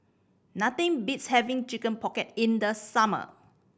nothing beats having Chicken Pocket in the summer